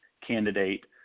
candidate